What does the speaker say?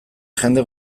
jende